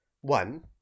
One